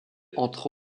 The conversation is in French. entre